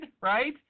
right